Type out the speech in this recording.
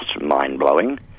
mind-blowing